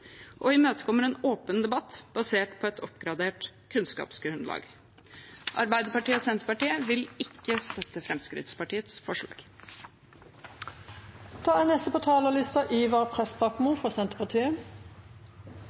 og imøtekommer en åpen debatt basert på et oppgradert kunnskapsgrunnlag. Arbeiderpartiet og Senterpartiet vil ikke støtte Fremskrittspartiets